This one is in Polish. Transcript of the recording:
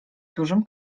dużym